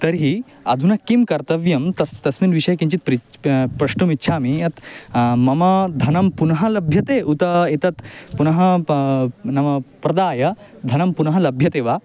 तर्हि अधुना किं कर्तव्यं तस् तस्मिन् विषये किञ्चित् प्रिच् प्रष्टुम् इच्छामि यत् मम धनं पुनः लभ्यते उत एतत् पुनः प नाम प्रदाय धनं पुनः लभ्यते वा